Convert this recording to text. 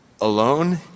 alone